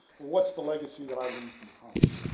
what's the legacy that i leave behind?